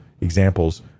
examples